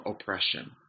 oppression